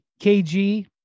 KG